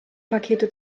pakete